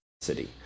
city